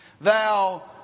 Thou